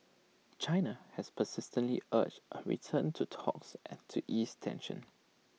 China has persistently urged A return to talks and to ease tensions